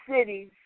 cities